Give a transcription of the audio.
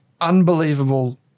unbelievable